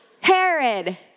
Herod